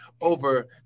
over